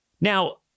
Now